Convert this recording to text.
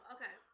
Okay